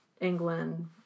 England